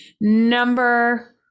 number